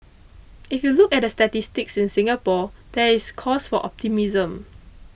if you look at the statistics in Singapore there is cause for optimism